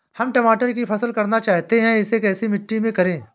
हम टमाटर की फसल करना चाहते हैं इसे कैसी मिट्टी में करें?